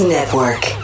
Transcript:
Network